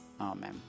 amen